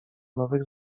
nowych